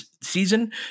season